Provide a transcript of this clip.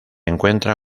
encuentra